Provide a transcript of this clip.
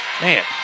Man